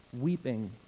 weeping